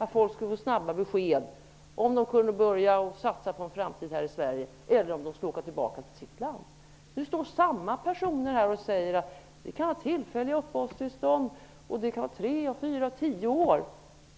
att folk skulle få snabba besked om de kunde börja att satsa på en framtid i Sverige eller om de skulle åka tillbaka till sina hemländer. Nu står samma personer här och säger att det kan vara fråga om tillfälliga uppehållstillstånd på tre, fyra eller tio år.